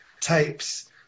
tapes